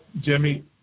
Jimmy